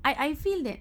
I I feel that